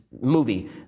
movie